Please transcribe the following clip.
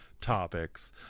topics